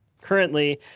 currently